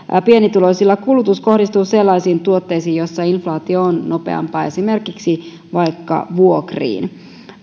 pienituloisilla kulutus kohdistuu sellaisiin tuotteisiin joissa inflaatio on nopeampaa esimerkiksi vuokriin